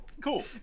cool